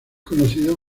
conocido